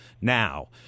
now